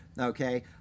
Okay